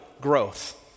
growth